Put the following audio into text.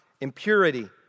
Impurity